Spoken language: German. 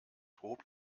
hob